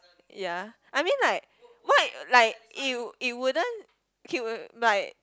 ya I mean like what like it w~ it wouldn't like